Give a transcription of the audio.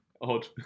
odd